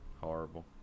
Horrible